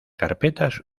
carpetas